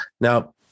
Now